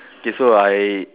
K so I